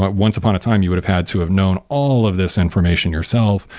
but once upon a time, you would have had to have known all of this information yourself,